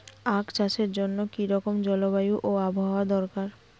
আখ চাষের জন্য কি রকম জলবায়ু ও আবহাওয়া দরকার?